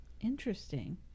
Interesting